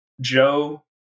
Joe